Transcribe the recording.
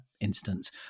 instance